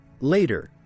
Later